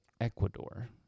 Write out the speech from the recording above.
ecuador